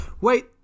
wait